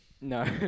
No